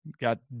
Got